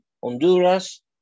Honduras